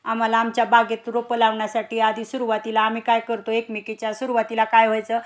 आमाला आमच्या बागेत रोपं लावण्यासाठी आधी सुरुवातीला आम्ही काय करतो एकमेकीच्या सुरुवातीला काय व्हायचं